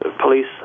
police